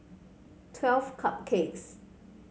Twelve Cupcakes